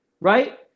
Right